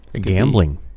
Gambling